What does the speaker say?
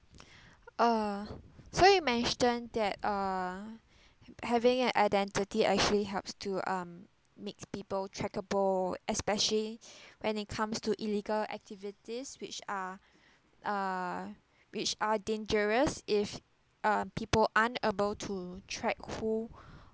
err so you mention that err having an identity actually helps to um makes people trackable especially when it comes to illegal activities which are err which are dangerous if err people unable to track who